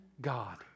God